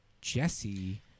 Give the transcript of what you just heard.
Jesse